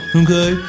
okay